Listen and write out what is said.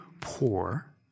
poor